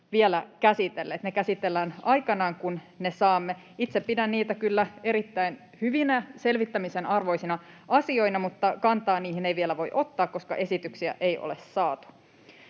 vielä käsitelleet. Ne käsitellään aikanaan, kun ne saamme. Itse pidän niitä kyllä erittäin hyvinä, selvittämisen arvoisina asioina, mutta kantaa niihin ei vielä voi ottaa, koska esityksiä ei ole saatu.